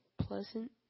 pleasant